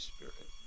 Spirit